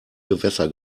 gewässer